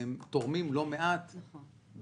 והם תורמים לא מעט במסים.